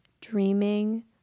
dreaming